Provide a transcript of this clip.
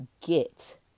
get